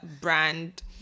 brand